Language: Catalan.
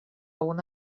una